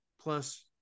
Plus